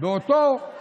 אני